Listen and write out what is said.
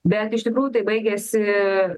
bet iš tikrųjų tai baigėsi